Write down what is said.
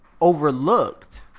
Overlooked